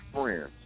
friends